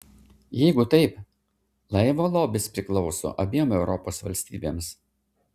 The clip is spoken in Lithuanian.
jeigu taip laivo lobis priklauso abiem europos valstybėms